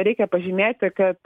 reikia pažymėti kad